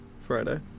friday